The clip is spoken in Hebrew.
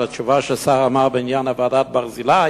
לתשובה שהשר אמר בעניין ועדת-ברזילי.